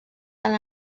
han